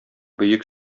бөек